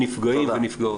נפגעים ונפגעות.